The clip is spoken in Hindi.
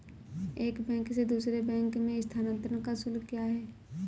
एक बैंक से दूसरे बैंक में स्थानांतरण का शुल्क क्या है?